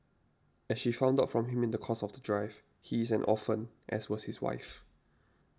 as she found out from him in the course of the drive he is an orphan as was his wife